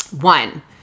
One